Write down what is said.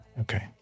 Okay